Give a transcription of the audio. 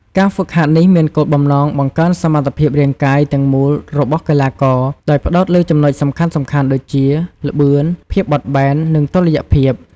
ការហ្វឹកហាត់នេះមានគោលបំណងបង្កើនសមត្ថភាពរាងកាយទាំងមូលរបស់កីឡាករ ដោយផ្តោតលើចំណុចសំខាន់ៗដូចជា ល្បឿន ភាពបត់បែន និងតុល្យភាព។